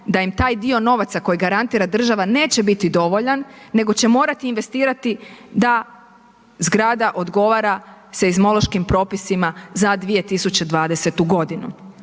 da im taj dio novaca koji garantira država neće biti dovoljan, nego će morati investirati da zgrada odgovara seizmološkim propisima za 2020. godinu.